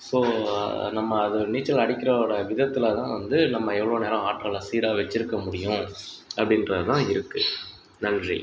so நம்ம அது நீச்சல் அடிக்கிறதோட விதத்திலதான் வந்து நம்ம எவ்வளோ நேரம் ஆற்றலை சீராக வச்சுருக்க முடியும் அப்படின்றதுல தான் இருக்கு நன்றி